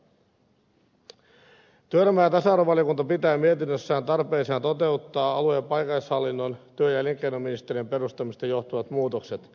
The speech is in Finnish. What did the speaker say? työelämä ja tasa arvovaliokunta pitää mietinnössään tarpeellisena toteuttaa alue ja paikallishallinnossa työ ja elinkeinoministeriön perustamisesta johtuvat muutokset